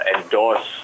endorse